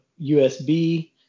USB